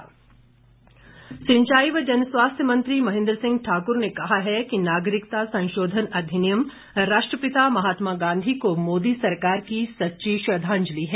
महेन्द्र सिंह सिंचाई व जनस्वास्थ्य मंत्री महेन्द्र सिंह ठाकुर ने कहा है कि नागरिकता संशोधन अधिनियम राष्ट्रपिता महात्मा गांधी को मोदी सरकार की सच्ची श्रद्धांजलि है